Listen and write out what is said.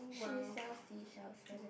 she sell seashell on the